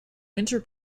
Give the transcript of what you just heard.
winter